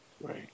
Right